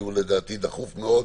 כי הוא לדעתי דחוף מאוד,